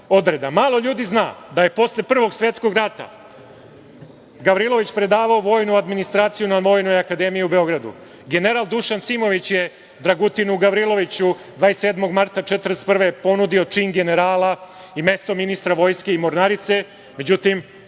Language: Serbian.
ljudi zna da je posle Prvog svetskog rata Gavrilović predavao vojnu administraciju na Vojnoj akamediji u Beogradu. General Dušan Simović je Dragutinu Gavriloviću 27. marta 1941. godine ponudio čin generala i mesto ministra vojske i mornarice, međutim,